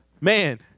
man